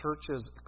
churches